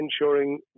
ensuring